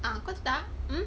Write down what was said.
mm